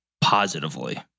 positively